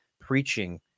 preaching